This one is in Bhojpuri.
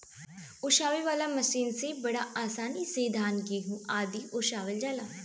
ओसावे वाला मशीन से बड़ा आसानी से धान, गेंहू आदि ओसावल जाला